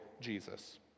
Jesus